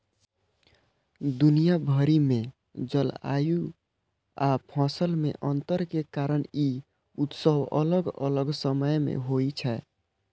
दुनिया भरि मे जलवायु आ फसल मे अंतर के कारण ई उत्सव अलग अलग समय मे होइ छै